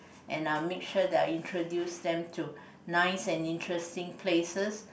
and uh make sure that I introduce them to nice and interesting places